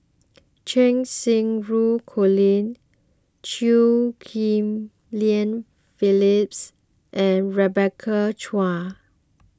Cheng Xinru Colin Chew Ghim Lian Phyllis and Rebecca Chua